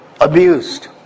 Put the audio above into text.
abused